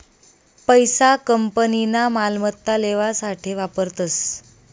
पैसा कंपनीना मालमत्ता लेवासाठे वापरतस